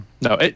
no